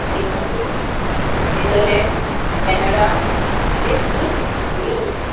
Singapore Netherlands Canada Egypt Russia